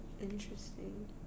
Interesting